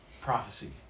prophecy